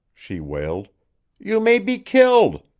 she wailed you may be killed.